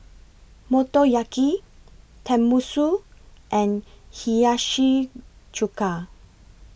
Motoyaki Tenmusu and Hiyashi Chuka